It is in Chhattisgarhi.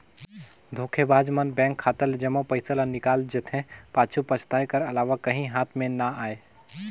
धोखेबाज मन बेंक खाता ले जम्मो पइसा ल निकाल जेथे, पाछू पसताए कर अलावा काहीं हाथ में ना आए